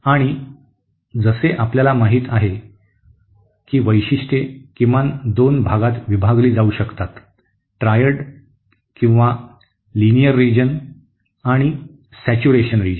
आणि जसे आपल्याला माहित आहे की वैशिष्ट्ये किमान दोन भागात विभागली जाऊ शकतात ट्रायड किंवा रेखीय भाग आणि संतृप्ति भाग